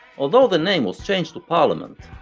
although the name was changed to parliament,